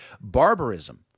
barbarism